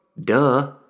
Duh